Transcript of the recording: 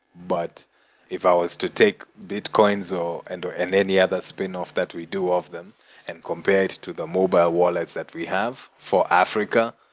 but if ah was to take bitcoin so and and any yeah other spinoff that we do off them and compare it to the mobile wallet that we have for africa,